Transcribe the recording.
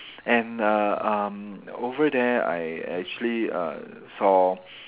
and uh um over there I actually uh saw